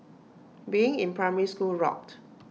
being in primary school rocked